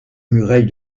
muraille